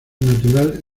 natural